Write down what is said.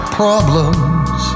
problems